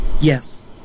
yes